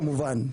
כמובן,